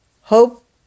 Hope